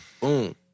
Boom